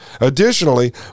Additionally